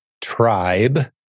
tribe